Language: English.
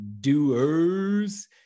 doers